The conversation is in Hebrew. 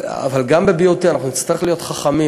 אבל גם ב-BOT אנחנו נצטרך להיות חכמים.